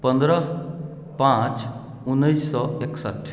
पन्द्रह पाँच उन्नैस सए एकसठि